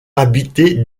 habitée